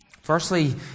Firstly